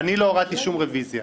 אני לא הורדתי שום רוויזיה.